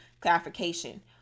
clarification